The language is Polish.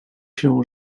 się